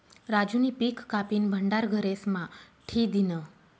राजूनी पिक कापीन भंडार घरेस्मा ठी दिन्हं